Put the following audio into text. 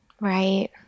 Right